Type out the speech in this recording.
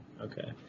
Okay